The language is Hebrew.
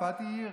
צפת היא עיר.